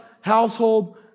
household